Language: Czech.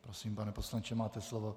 Prosím, pane poslanče, máte slovo.